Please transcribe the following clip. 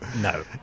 no